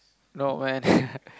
not when